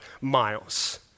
miles